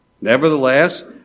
Nevertheless